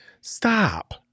stop